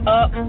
up